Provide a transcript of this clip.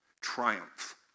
triumph